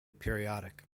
periodic